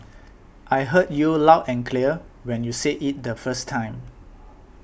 I heard you loud and clear when you said it the first time